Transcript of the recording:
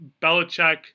Belichick